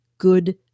good